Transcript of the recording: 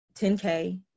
10K